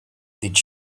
did